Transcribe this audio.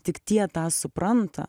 tik tie tą supranta